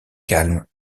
calme